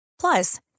Plus